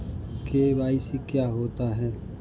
KYC क्या होता है?